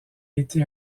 été